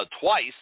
twice